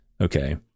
okay